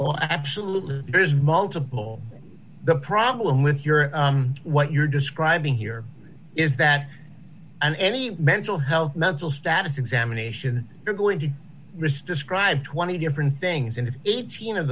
oh absolutely there is multiple the problem with your what you're describing here is that and any mental health mental status examination you're going to misdescribe twenty different things and eighteen of